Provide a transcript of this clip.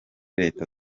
leta